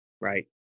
Right